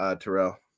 Terrell